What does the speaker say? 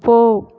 போ